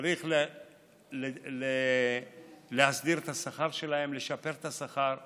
צריך להסדיר את השכר שלהם, לשפר את השכר.